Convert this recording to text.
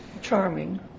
charming